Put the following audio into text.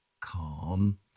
calm